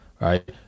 right